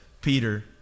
peter